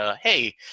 hey